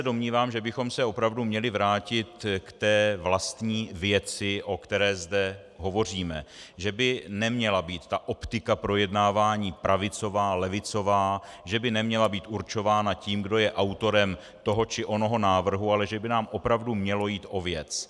Domnívám se, že bychom se opravdu měli vrátit k té vlastní věci, o které zde hovoříme, že by neměla být ta optika projednávání pravicová, levicová, že by neměla být určována tím, kdo je autorem toho či onoho návrhu, ale že by nám opravdu mělo jít o věc.